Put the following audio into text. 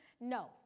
No